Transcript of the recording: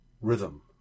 rhythm